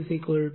FS0